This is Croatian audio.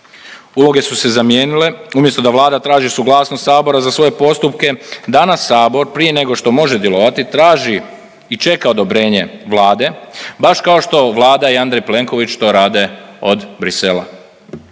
Uloge su se zamijenile. Umjesto da Vlada traži suglasnost Sabora za svoje postupke danas Sabor prije nego što može djelovati traži i čeka odobrenje Vlade, baš kao što Vlada i Andrej Plenković to rade od Bruxellesa.